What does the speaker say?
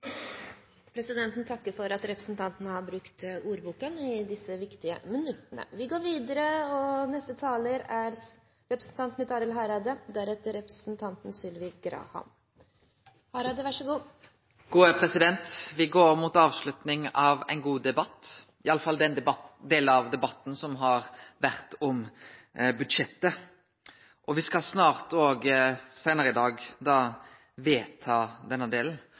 Presidenten takker for at representanten har brukt ordboken i disse viktige minuttene. Me går mot avslutning av ein god debatt, iallfall den delen av debatten som har handla om budsjettet, og seinare i dag skal vi òg vedta denne delen.